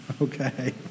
Okay